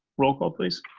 roll call please.